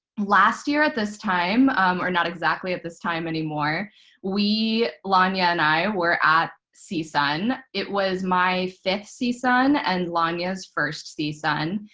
last year at this time or not exactly at this time anymore we, lanya and i, were at csun. it was my fifth csun and lanya's first csun.